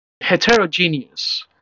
heterogeneous